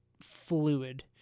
fluid